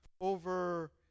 over